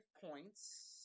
points